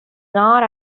not